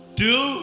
two